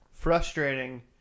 frustrating